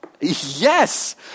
Yes